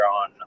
on